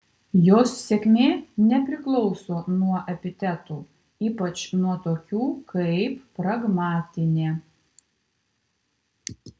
jos sėkmė nepriklauso nuo epitetų ypač nuo tokių kaip pragmatinė